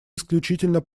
исключительно